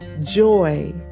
joy